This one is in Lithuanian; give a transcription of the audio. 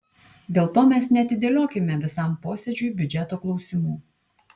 dėl to mes neatidėliokime visam posėdžiui biudžeto klausimų